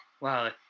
Wow